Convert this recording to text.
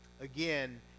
Again